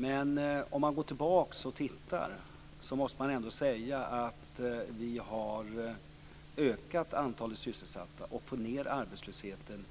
Men om man går tillbaka och tittar måste man ändå säga att vi har ökat antalet sysselsatta och fått ned arbetslösheten